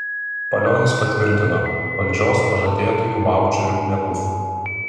palionis patvirtino valdžios pažadėtųjų vaučerių nebus